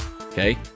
Okay